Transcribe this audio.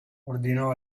ordinò